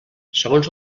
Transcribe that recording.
segons